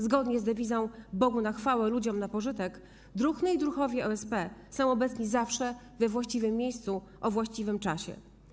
Zgodnie z dewizą: Bogu na chwałę, ludziom na pożytek druhny i druhowie OSP są obecni zawsze we właściwym miejscu o właściwym czasie.